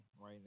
right